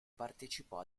partecipò